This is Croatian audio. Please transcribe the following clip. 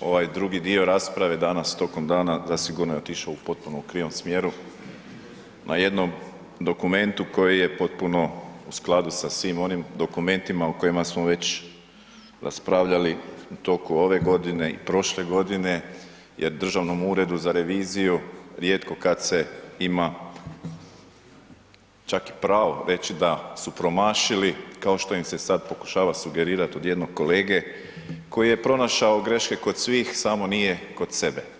ovaj drugi dio rasprave danas tokom dana zasigurno je otišao u potpuno krivom smjeru, na jednom dokumentu koji je potpuno u skladu sa svim onim dokumentima o kojima smo već raspravljali u toku ove godine i prošle godine jer Državnom uredu za reviziju rijetko kad se ima čak i pravo reći da su promašili, kao što im se sad pokušava sugerirati od jednog kolege koji je pronašao greške kod svih, samo nije kod sebe.